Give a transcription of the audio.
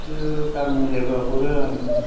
बिखो दा मिलायब्ला हरो आङो